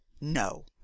no